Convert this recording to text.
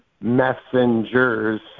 messengers